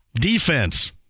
Defense